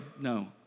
No